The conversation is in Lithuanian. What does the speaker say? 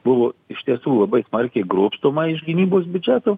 buvo iš tiesų labai smarkiai grobstoma iš gynybos biudžeto